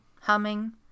humming